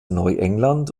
neuengland